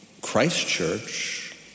Christchurch